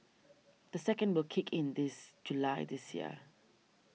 the second will kick in this July this year